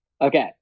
Okay